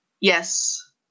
Yes